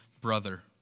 brother